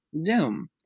zoom